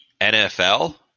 NFL